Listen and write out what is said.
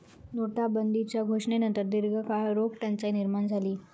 नोटाबंदीच्यो घोषणेनंतर दीर्घकाळ रोख टंचाई निर्माण झाली